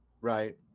right